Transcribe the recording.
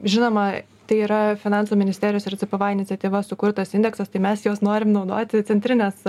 žinoma tai yra finansų ministerijos ir cpva iniciatyva sukurtas indeksas tai mes juos norim naudoti centrinės